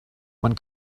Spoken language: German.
man